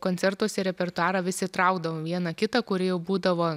koncertuose į repertuarą vis įtraukdavom vieną kitą kuri jau būdavo